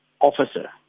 officer